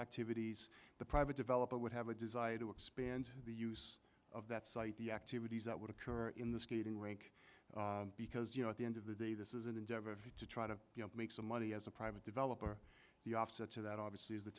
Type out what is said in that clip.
activities the private developer would have a desire to expand the use of that site the activities that would occur in the skating rink because you know at the end of the day this is an endeavor to try to you know make some money as a private developer the offset to that obviously